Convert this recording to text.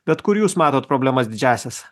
bet kur jūs matot problemas didžiąsias